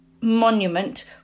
monument